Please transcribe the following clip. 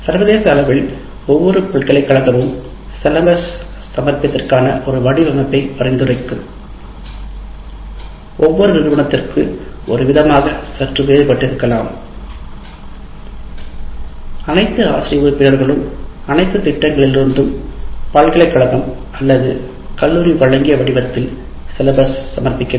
சர்வதேச அளவில் ஒவ்வொரு பல்கலைக்கழகமும் சிலபஸ் சமர்ப்பிப்பதற்கான ஒரு வடிவமைப்பை பரிந்துரைக்கும் சற்று வேறுபட்டிருக்கலாம் அனைத்து ஆசிரிய உறுப்பினர்களும் அனைத்து திட்டங்களிலிருந்தும் பல்கலைக்கழகம் அல்லது கல்லூரி வழங்கிய வடிவத்தில் சிலபஸ் டத்திட்டத்தை சமர்ப்பிக்க வேண்டும்